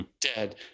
dead